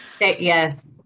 Yes